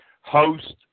host